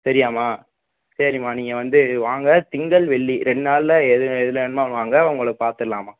சரியாம்மா சரிம்மா நீங்கள் வந்து வாங்க திங்கள் வெள்ளி ரெண்டு நாள்ல எது எதில் வேணுமோ வாங்க உங்களை பார்த்துட்லாம்மா